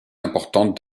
importantes